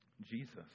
Jesus